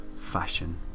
fashion